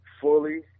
fully